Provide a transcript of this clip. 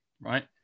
Right